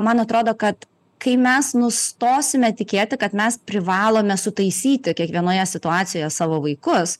man atrodo kad kai mes nustosime tikėti kad mes privalome sutaisyti kiekvienoje situacijoje savo vaikus